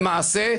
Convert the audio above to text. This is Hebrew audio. למעשה,